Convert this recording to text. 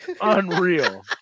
unreal